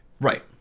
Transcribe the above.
Right